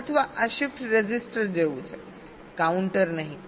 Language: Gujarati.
અથવા આ શિફ્ટ રેઝિસ્ટર જેવું છે કાઉન્ટર નહીં